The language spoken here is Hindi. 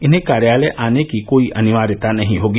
इन्हें कार्यालय आने की कोई अनिवार्यता नहीं होगी